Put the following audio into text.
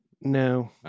No